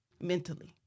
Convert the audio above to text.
mentally